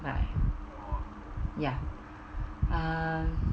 like ya hmm